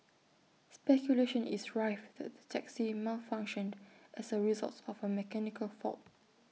speculation is rife that the taxi malfunctioned as A results of A mechanical fault